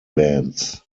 bands